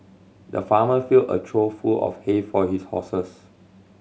the farmer filled a trough full of hay for his horses